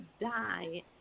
die